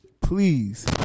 Please